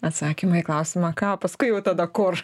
atsakymai į klausimą ką o paskui jau tada kur